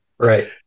right